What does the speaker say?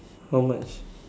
how much